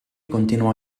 continuò